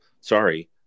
sorry